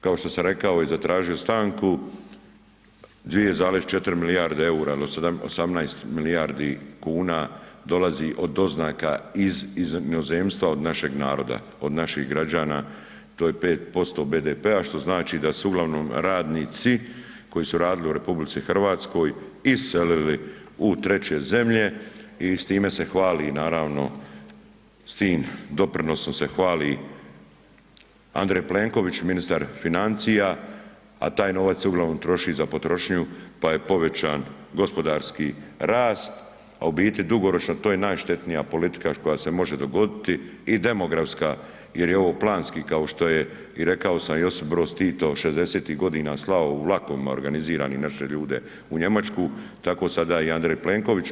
Kao što sam rekao i zatražio stanku, 2,4 milijarde eura, 18 milijardi kuna dolazi od doznaka iz inozemstva, od našeg naroda, od naših građana to je 5% BDP-a što znači da su uglavnom radnici koji su radili u RH iselili u treće zemlje i s time se hvali naravno, s tim doprinosom se hvali Andrej Plenković, ministar financija a taj novac se uglavnom troši za potrošnju pa je povećan gospodarski rast a u biti dugoročno to je najštetnija politika koja se može dogoditi i demografska jer je ovo planski kao što je i rekao sam Josip Broz Tito '60.-tih godina slao u vlakovima organiziranim naše ljude u Njemačku, tako sada i Andrej Plenković.